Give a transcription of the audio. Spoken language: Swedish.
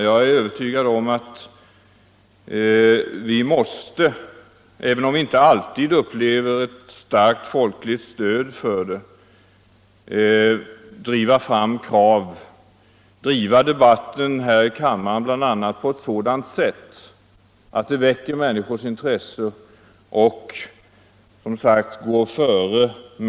Jag är övertygad om att vi måste, även om vi inte alltid upplever ett starkt folkligt stöd för det, driva debatten här i kammaren på ett sådant sätt att det väcker människors intresse och driva fram krav.